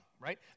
right